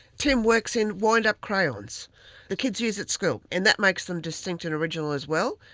tim works in wind-up crayons the kids use at school, and that makes them distinct and original as well.